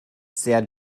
sehr